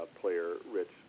player-rich